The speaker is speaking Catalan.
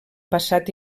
passat